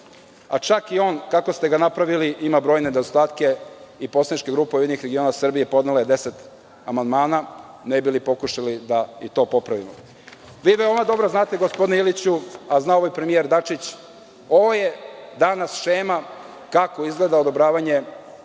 a čak i on kako ste ga napravili ima brojne nedostatke i poslaničke grupa URS podnela je 10 amandmana ne bi li pokušali da i to popravimo. Vi veoma dobro znate, gospodine Iliću, a zna i premijer Dačić, ovo je danas šema kako izgleda odobravanje